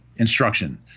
instruction